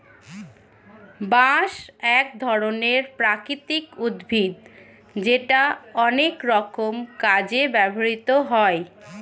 বাঁশ এক ধরনের প্রাকৃতিক উদ্ভিদ যেটা অনেক রকম কাজে ব্যবহৃত হয়